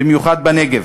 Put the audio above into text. במיוחד בנגב,